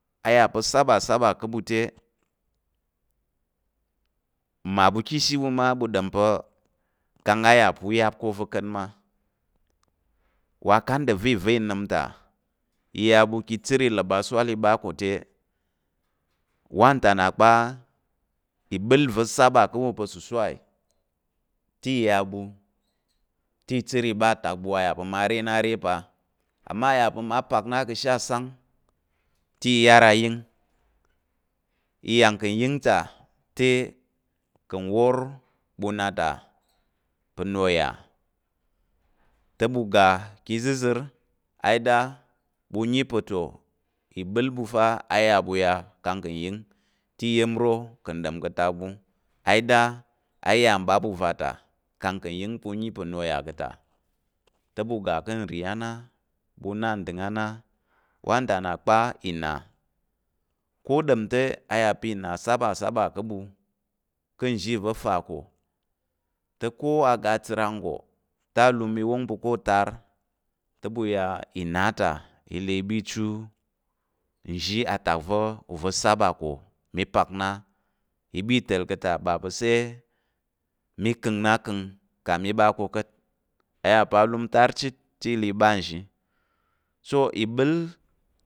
A yà pa̱ saba saba ká̱ ɓu te, mmaɓu ka̱ ishi ɓu mma ɓu ɗom pa̱ kang a yà pa̱ u yap ká̱ ova̱. ka̱t mma, wa kada va̱ ìva i nəm ta, i ya ɓu ka̱ chər i ləp aswal i ɓa ká̱ te, wanta nnà kpa. ìɓəl va̱ saba ká̱ ɓu pa̱ sosai te i ya ɓu te i chər i ɓa atak ɓu a yà pa̱ mma re na re pa. amma a yà pa̱ mma pak na ka̱ ashe asang te i yar ayəng, i yang ka̱ yəng ta te ka̱ n wor ɓu na ta pa̱ nnà o yà te ɓu ga ka̱ ìzəzər i da ɓu yi pa̱ toh ìɓəl ɓu fa a ya ɓu ya kang ka̱ nyəng te iya̱m ro ka̱ nɗom ka̱ atak ɓu ida a ya n ɓa ɓu va ta kang kà̱ nyəng pa̱ u yi pa̱ na o yà ka̱ ta te ɓu ga ká̱ nri na, ɓu na ndəng na wanta nnà kpa ìna, ko ɗom te a yà pa̱ ìna saba saba ka̱ ɓu ka̱ nzhi va̱ fa ká̱ te ko a ga che ranggo te alum i wong pa̱ ká̱ tar te ya ìna ta i le ɓa chu nzhi atak va̱ saba ko mi pak i ɓa i ta̱l ka̱ ba sai mi gən na gən kang mi ɓa ká̱ ka̱t, a yà pa̱ alum tar chit te i le i ɓa nzhi. so ìɓəl